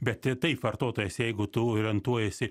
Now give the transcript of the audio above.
bet taip vartotojas jeigu tu orientuojiesi